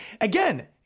again